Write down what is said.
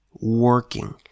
working